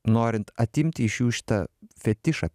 norint atimti iš jų šitą fetišą